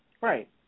right